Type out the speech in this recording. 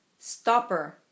stopper